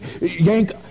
yank